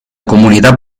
comunitat